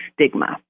stigma